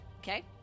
Okay